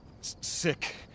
sick